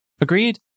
Agreed